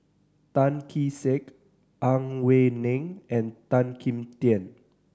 Tan Kee Sek Ang Wei Neng and Tan Kim Tian